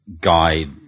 guide